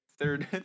third